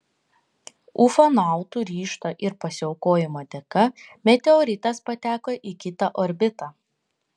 ufonautų ryžto ir pasiaukojimo dėka meteoritas pateko į kitą orbitą